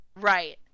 Right